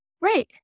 Right